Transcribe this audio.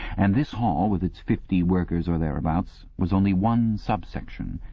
and this hall, with its fifty workers or thereabouts, was only one sub-section,